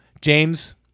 James